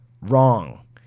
Wrong